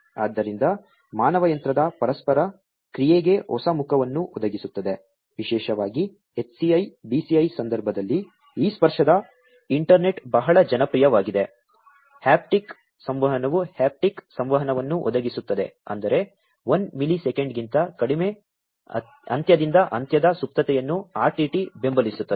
ಆದ್ದರಿಂದ ಮಾನವ ಯಂತ್ರದ ಪರಸ್ಪರ ಕ್ರಿಯೆಗೆ ಹೊಸ ಮುಖವನ್ನು ಒದಗಿಸುತ್ತದೆ ವಿಶೇಷವಾಗಿ HCI BCI ಸಂದರ್ಭದಲ್ಲಿ ಈ ಸ್ಪರ್ಶದ ಇಂಟರ್ನೆಟ್ ಬಹಳ ಜನಪ್ರಿಯವಾಗಿದೆ ಹ್ಯಾಪ್ಟಿಕ್ ಸಂವಹನವು ಹ್ಯಾಪ್ಟಿಕ್ ಸಂವಹನವನ್ನು ಒದಗಿಸುತ್ತದೆ ಅಂದರೆ 1 ಮಿಲಿಸೆಕೆಂಡ್ಗಿಂತ ಕಡಿಮೆ ಅಂತ್ಯದಿಂದ ಅಂತ್ಯದ ಸುಪ್ತತೆಯನ್ನು RTT ಬೆಂಬಲಿಸುತ್ತದೆ